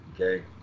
okay